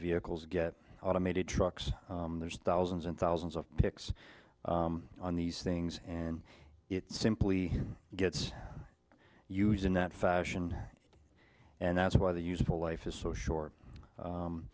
vehicles get automated trucks there's thousands and thousands of pics on these things and it simply gets use in that fashion and that's why the useful life is so short